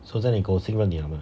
so 现在你狗信任你了吗